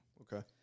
Okay